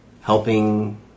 helping